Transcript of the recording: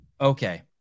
Okay